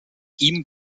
ihm